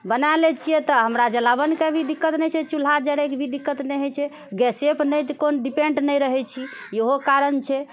बना लए छिऐ तऽ हमरा जलाओनके भी दिक्कत नहि छै चुल्हा जरएके भी दिक्कत नहि होइ छै गैसे पर कोनो डिपेन्ड नहि रहै छी इहो कारण छै